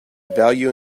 value